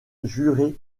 juré